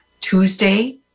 Tuesday